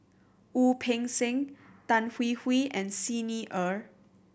Wu Peng Seng Tan Hwee Hwee and Xi Ni Er